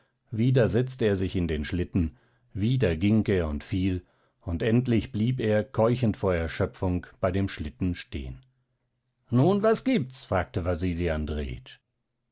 wieder setzte er sich in den schlitten wieder ging er und fiel und endlich blieb er keuchend vor erschöpfung bei dem schlitten stehen nun was gibt's fragte wasili